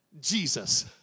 Jesus